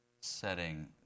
setting